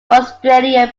australian